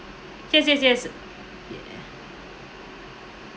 yes yes yes ye~